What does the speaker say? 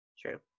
true